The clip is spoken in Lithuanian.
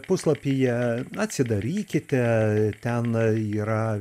puslapyje atsidarykite ten yra